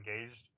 engaged